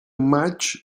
maig